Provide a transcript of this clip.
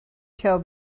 till